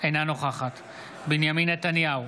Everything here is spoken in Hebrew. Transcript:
אינה נוכחת בנימין נתניהו,